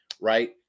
right